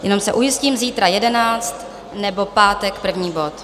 Jenom se ujistím, zítra v 11, nebo v pátek první bod.